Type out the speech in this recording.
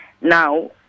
Now